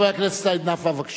חבר הכנסת סעיד נפאע, בבקשה.